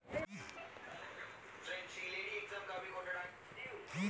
ಸಾವಯವ ಕೃಷಿ ಜಾಸ್ತಿ ಪ್ರಾಮುಖ್ಯತೆ ಪಡೆದಿಲ್ಲ ಯಾಕೆ?